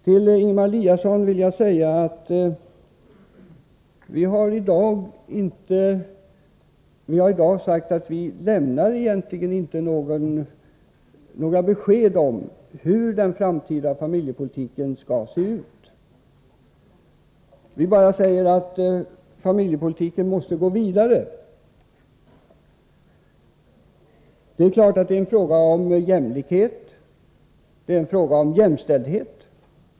Till Ingemar Eliasson vill jag säga, att vi lämnar i dag egentligen inte några besked om hur den framtida familjepolitiken skall se ut. Vi säger bara att familjepolitiken måste gå vidare. Det är klart att det är en fråga om jämlikhet, det är en fråga om jämställdhet.